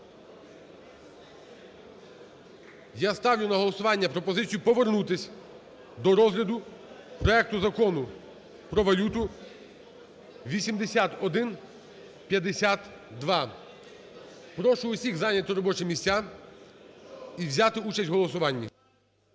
Я ставлю на голосування пропозицію повернутись до розгляду проекту Закону про валюту (8152). Прошу всіх зайняти робочі місця і взяти участь у голосуванні.